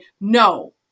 No